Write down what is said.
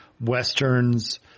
westerns